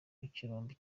birombe